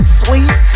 sweet